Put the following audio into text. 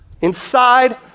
inside